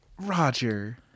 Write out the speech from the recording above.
Roger